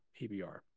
PBR